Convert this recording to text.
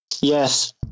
Yes